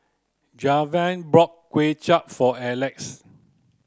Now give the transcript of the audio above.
Javier brought Kway Chap for Elex